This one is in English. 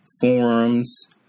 forums